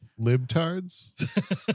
libtards